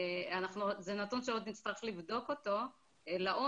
זה נתון שעוד נצטרך לבדוק אותו לעומק,